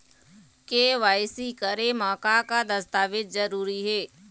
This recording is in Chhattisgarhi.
के.वाई.सी करे म का का दस्तावेज जरूरी हे?